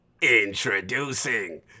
Introducing